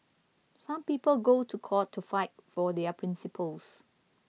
some people go to court to fight for their principles